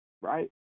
right